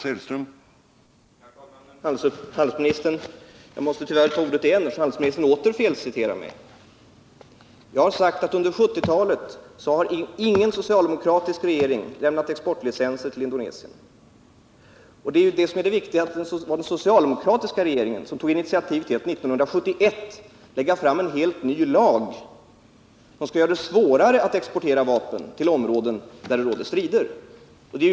Herr talman! Jag måste tyvärr begära ordet igen, eftersom handelsministern åter felciterade mig. Jag har sagt att ingen socialdemokratisk regering under 1970-talet lämnat exportlicens till Indonesien. Det viktiga är ju att det var den socialdemokratiska regeringen som 1971 10g initiativ till en helt ny lag, som skulle göra det svårare att exportera vapen till områden där det förekommer strider.